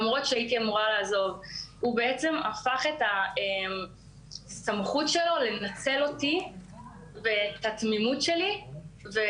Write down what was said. למעשה הוא ניצל את הסמכות שלו ואת התמימות שלי כדי לנצל אותי.